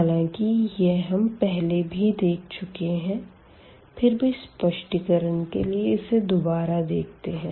हालांकि यह हम पहले ही देख चुके है फिर भी स्पष्टीकरण के लिए इसे दोबारा देखते है